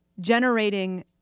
generating